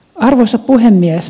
arvoisa puhemies